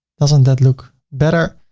doesn't that look better,